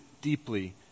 deeply